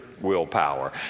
willpower